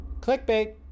Clickbait